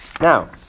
Now